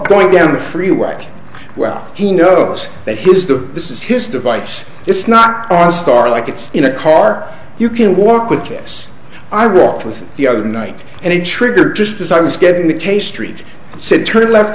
going down the freeway well he knows that he used to this is his device it's not austar like it's in a car you can walk with jesus i walked with the other night and it triggered just as i was getting the k street said turn left